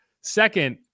Second